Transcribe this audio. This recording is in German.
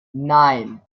nein